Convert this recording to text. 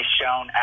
shown